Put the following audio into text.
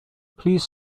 please